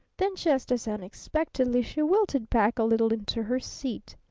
then, just as unexpectedly, she wilted back a little into her seat.